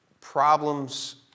Problems